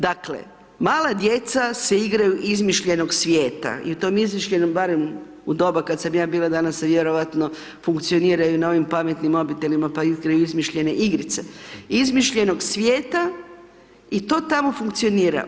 Dakle, mala djeca se igraju izmišljenog svijeta i u tom izmišljenom, barem u doba kad sam ja bila, danas se vjerojatno funkcioniraju na ovim pametnim mobitelima pa igraju izmišljene igrice, izmišljenog svijeta i to tamo funkcionira.